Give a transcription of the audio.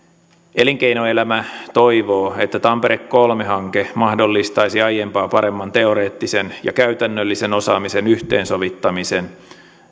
elinkeinoelämä toivoo että tampere kolme hanke mahdollistaisi aiempaa paremman teoreettisen ja käytännöllisen osaamisen yhteensovittamisen